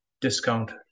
discount